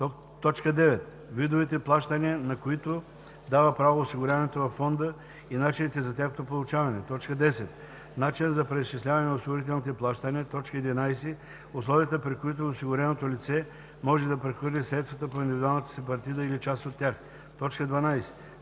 9. видовете плащания, на които дава право осигуряването във фонда, и начините за тяхното получаване; 10. начина за преизчисляване на осигурителните плащания; 11. условията, при които осигуреното лице може да прехвърли средствата по индивидуалната си партида или част от тях; 12.